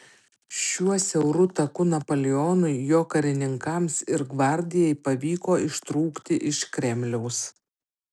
šiuo siauru taku napoleonui jo karininkams ir gvardijai pavyko ištrūkti iš kremliaus